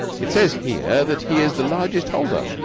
it says here that he is the largest holder.